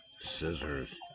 Scissors